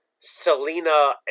selena